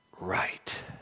right